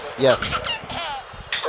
Yes